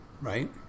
right